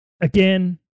Again